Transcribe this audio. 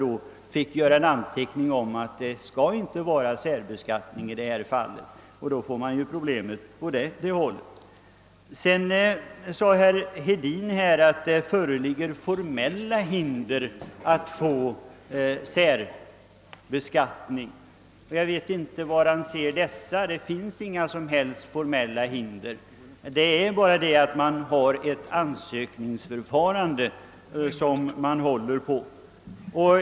Det skulle nog krångla till det hela ganska ordentligt. Herr Hedin sade att det föreligger formella hinder att få särbeskattning. Jag vet inte var han funnit dessa hinder. Det finns inga som helst formella hinder för särbeskattningen. Det enda som krävs är att man ansöker om att bli särbeskattad.